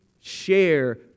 share